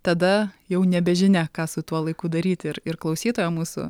tada jau nebežinia ką su tuo laiku daryti ir ir klausytoja mūsų